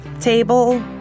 table